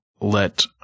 let